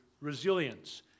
resilience